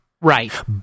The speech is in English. Right